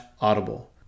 Audible